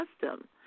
custom